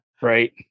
Right